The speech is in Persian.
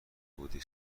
بودی